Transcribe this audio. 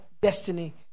destiny